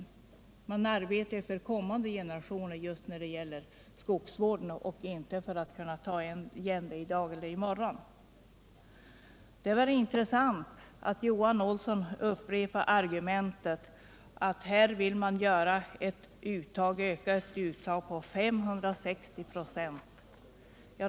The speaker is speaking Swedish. I skogsvården arbetar man ju för kommande generationer, inte för att ta ut stora vinster i dag eller i morgon. Sedan var det intressant att Johan Olsson upprepade argumentet att man här vill öka uttaget med 560 96.